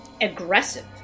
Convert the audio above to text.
aggressive